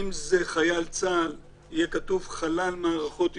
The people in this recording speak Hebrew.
אם זה חייל צה"ל, יהיה כתוב: חלל מערכות ישראל,